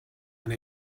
and